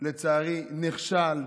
לצערי, נכשל.